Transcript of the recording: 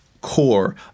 core